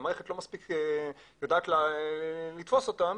והמערכת לא מספיק יודעת לתפוס אותם.